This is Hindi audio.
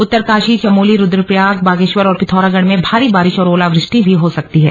उत्तरकाशी चमोली रुद्रप्रयाग बागेश्वर और पिथौरागढ़ में भारी बारिश और ओलावृष्टि भी हो सकती है